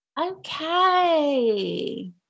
okay